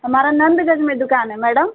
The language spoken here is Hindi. हमारा नंदगंज में दुकान है मैडम